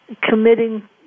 committing